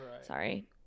Sorry